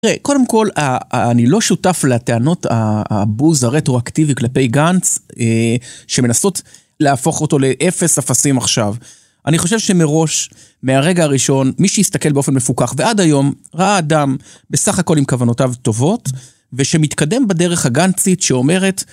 קודם כל, אני לא שותף לטענות הבוז הרטוראקטיבי כלפי גנץ שמנסות להפוך אותו לאפס אפסים עכשיו. אני חושב שמראש, מהרגע הראשון, מי שהסתכל באופן מפוכח ועד היום, ראה אדם בסך הכל עם כוונותיו טובות, ושמתקדם בדרך הגנצית שאומרת